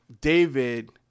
David